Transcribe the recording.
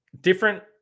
different